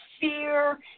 fear